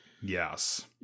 Yes